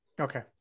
Okay